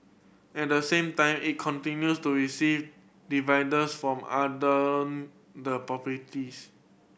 at the same time it continues to receive dividends from other the properties